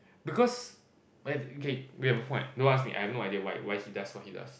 because okay you have a point don't ask me I have no idea why he does what he does